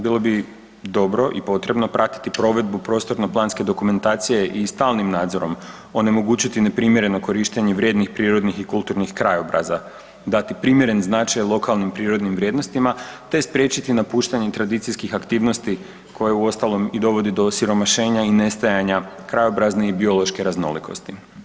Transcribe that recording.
Bilo bi dobro i potrebno pratiti provedbu prostorno-planske dokumentacije i stalnim nadzorom onemogućiti neprimjereno korištenje vrijednih prirodnih i kulturnih krajobraza, dati primjeren značaj lokalnim prirodnim vrijednostima te spriječiti napuštanje tradicijski aktivnosti koje uostalom i dovodi do osiromašenja i nestajanja krajobrazne i biološke raznolikosti.